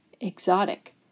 exotic